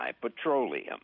petroleum